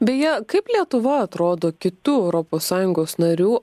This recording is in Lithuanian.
beje kaip lietuva atrodo kitų europos sąjungos narių